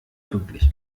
pünktlich